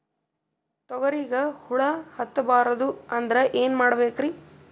ತೊಗರಿಗ ಹುಳ ಹತ್ತಬಾರದು ಅಂದ್ರ ಏನ್ ಮಾಡಬೇಕ್ರಿ?